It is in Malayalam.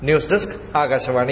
news desk Akashvani